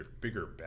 bigger